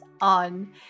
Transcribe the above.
on